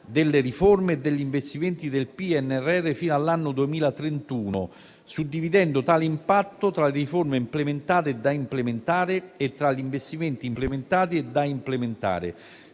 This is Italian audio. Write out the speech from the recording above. delle riforme e degli investimenti del PNRR fino all'anno 2031, suddividendo tale impatto tra le riforme implementate e da implementare e tra gli investimenti implementati e da implementare.